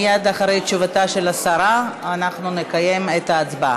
מייד לאחר תשובתה של השרה נקיים את ההצבעה.